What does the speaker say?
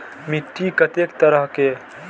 मिट्टी कतेक तरह के?